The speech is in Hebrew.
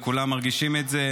וכולם מרגישים את זה.